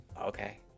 Okay